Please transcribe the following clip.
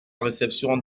réception